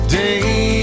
day